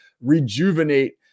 rejuvenate